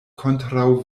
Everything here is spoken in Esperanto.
kontraŭ